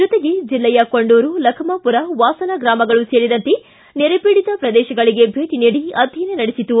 ಜೊತೆಗೆ ಜಿಲ್ಲೆಯ ಕೊಣ್ಣೂರು ಲಖಮಾಪುರ ವಾಸನ ಗ್ರಾಮಗಳು ಸೇರಿದಂತೆ ನೆರೆ ಪೀಡಿತ ಪ್ರದೇಶಗಳಿಗೆ ಭೇಟಿ ನೀಡಿ ಅಧ್ವಯನ ನಡೆಸಿತು